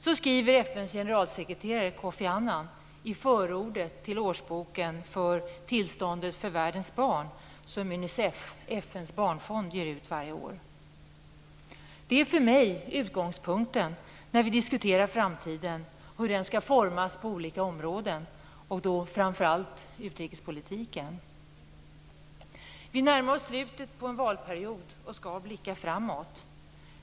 Så skriver FN:s generalsekreterare Kofi Annan i förordet till årsboken Tillståndet för världens barn, som Unicef, FN:s barnfond, ger ut varje år. Det är för mig utgångspunkten när vi diskuterar framtiden och hur den skall formas på olika områden. I dag gäller det framför allt utrikespolitiken. Vi närmar oss slutet på en valperiod och skall blicka framåt.